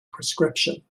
prescription